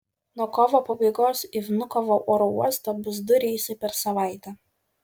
nuo kovo pabaigos į vnukovo oro uostą bus du reisai per savaitę